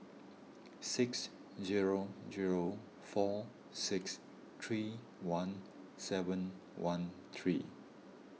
six zero zero four six three one seven one three